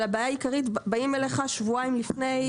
הבעיה העיקרית היא שבאים אליך שבועיים לפני,